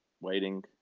Waiting